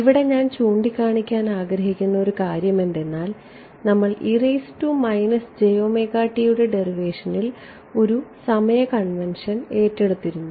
ഇവിടെ ഞാൻ ചൂണ്ടിക്കാണിക്കാൻ ആഗ്രഹിക്കുന്ന ഒരു കാര്യം നമ്മൾ യുടെ ഡെറിവേഷനിൽ ഒരു സമയ കൺവെൻഷൻ ഏറ്റെടുത്തു